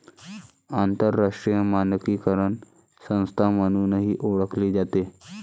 आंतरराष्ट्रीय मानकीकरण संस्था म्हणूनही ओळखली जाते